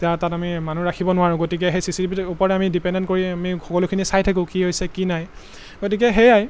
এতিয়া তাত আমি মানুহ ৰাখিব নোৱাৰোঁ গতিকে সেই চি চি টি ভিৰ ওপৰতে আমি ডিপেণ্ডেণ্ট কৰি আমি সকলোখিনি চাই থাকোঁ কি হৈছে কি নাই গতিকে সেয়াই